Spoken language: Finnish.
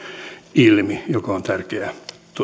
ilmi ja mikä on tärkeää